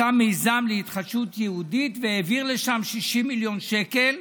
עשה מיזם להתחדשות יהודית והעביר לשם 60 מיליון שקל,